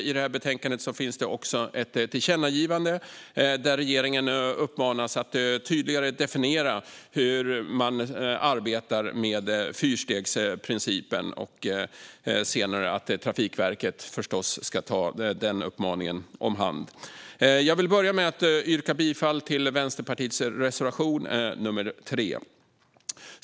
I betänkandet finns också ett tillkännagivande med en uppmaning till regeringen att tydligare definiera hur man arbetar med fyrstegsprincipen, en uppmaning som Trafikverket senare ska ta om hand. Jag vill börja med att yrka bifall till Vänsterpartiets reservation nr 3.